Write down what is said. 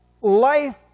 life